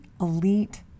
elite